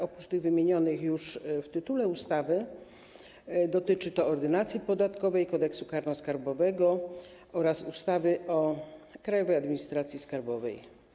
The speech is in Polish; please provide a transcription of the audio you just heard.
Oprócz tych wymienionych już w tytule ustawy dotyczy to Ordynacji podatkowej, Kodeksu karnego skarbowego oraz ustawy o Krajowej Administracji Skarbowej.